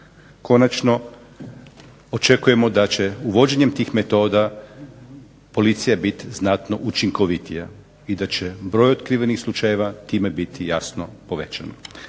konačno očekujemo da će uvođenjem tih metoda policija biti znatno učinkovitija i da će broj otkrivenih slučajeva time biti jasno povećano.